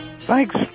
Thanks